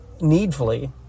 needfully